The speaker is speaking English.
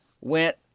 went